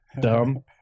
dumb